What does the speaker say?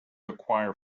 acquire